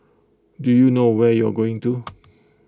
do you know where you're going to